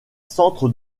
centre